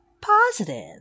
positive